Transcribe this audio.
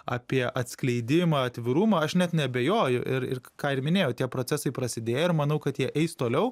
apie atskleidimą atvirumą aš net neabejoju ir ir ką ir minėjau tie procesai prasidėję ir manau kad jie eis toliau